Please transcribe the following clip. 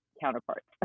counterparts